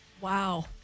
Wow